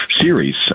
series